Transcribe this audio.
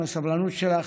עם הסבלנות שלך,